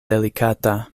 delikata